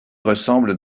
ressemble